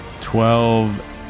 Twelve